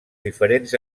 diferents